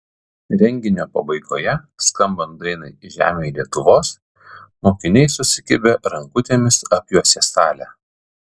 renginio pabaigoje skambant dainai žemėj lietuvos mokiniai susikabinę rankutėmis apjuosė salę